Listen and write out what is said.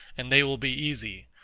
and they will be easy.